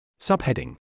Subheading